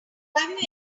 have